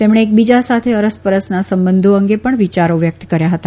તેમણે એકબીજા સાથે અરસપરસના સંબંધો અંગે પણ વિચારો વ્યકત કર્યા હતા